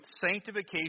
sanctification